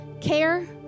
care